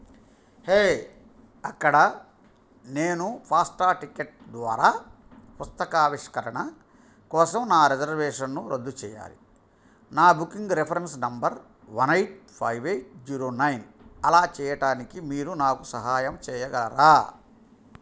హే అక్కడ నేను ఫాస్టటికెట్ ద్వారా పుస్తక ఆవిష్కరణ కోసం నా రిజర్వేషన్ను రద్దు చేయాలి నా booking reference number one eight five eight zero nine అలా చేయడానికి మీరు నాకు సహాయం చేయగలరా